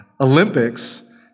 Olympics